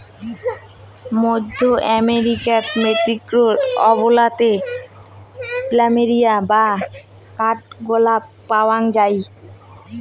মধ্য আমেরিকার মেক্সিকো অঞ্চলাতে প্ল্যামেরিয়া বা কাঠগোলাপ পায়ং যাই